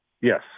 Yes